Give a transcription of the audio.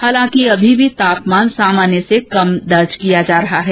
हालांकि अभी भी तापमान सामान्य से कम दर्ज किया जा रहा है